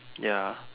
ya